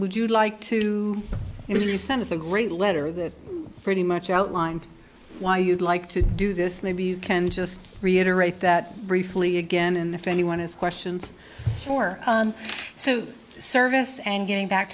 would you like to release some of the great letter that pretty much outlined why you'd like to do this maybe you can just reiterate that briefly again and if anyone has questions for so the service and getting back